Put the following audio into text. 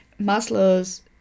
Maslow's